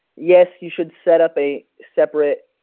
yes you should set up a separate